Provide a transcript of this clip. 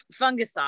fungicide